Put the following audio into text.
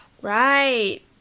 Right